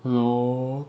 no